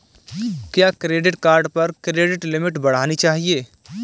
क्या credit card पर credit limit बढ़ानी चाहिए?